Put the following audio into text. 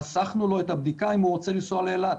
חסכנו לו את הבדיקה אם הוא רוצה לנסוע לאילת,